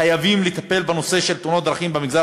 חייבים לטפל בנושא של תאונות הדרכים במגזר